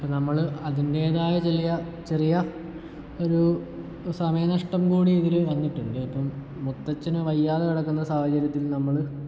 അപ്പം നമ്മൾ അതിൻറ്റേതായ ചെറിയ ചെറിയ ഒരു സമയ നഷ്ടം കൂടി ഇവിടെ വന്നിട്ടുണ്ട് അപ്പം മുത്തച്ഛന് വയ്യാതെ കിടക്കുന്ന സാഹചര്യത്തിൽ നമ്മൾ